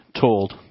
told